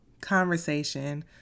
conversation